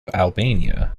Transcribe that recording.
albania